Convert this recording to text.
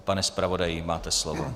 Pane zpravodaji, máte slovo.